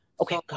Okay